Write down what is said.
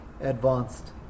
advanced